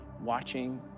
watching